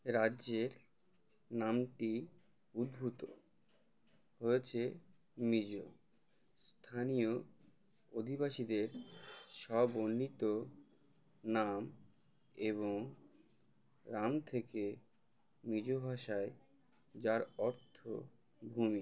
রাজ্যের নামটি উদ্ভূত হয়েছে মিজো স্থানীয় অধিবাসীদের স্ব বর্ণিত নাম এবং রাম থেকে মিজো ভাষায় যার অর্থ ভূমি